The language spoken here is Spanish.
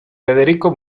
federico